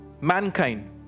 mankind